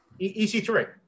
EC3